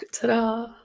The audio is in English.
ta-da